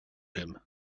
him